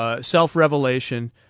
self-revelation